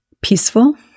peaceful